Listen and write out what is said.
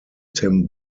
tim